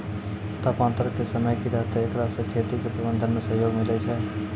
तापान्तर के समय की रहतै एकरा से खेती के प्रबंधन मे सहयोग मिलैय छैय?